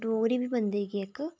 डोगरी बी बंदे गी इक